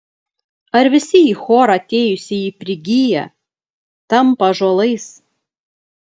ar visi į chorą atėjusieji prigyja tampa ąžuolais